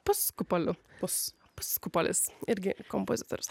paskupoliu pus paskupolis irgi kompozitorius